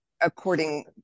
according